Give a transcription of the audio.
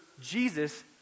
Jesus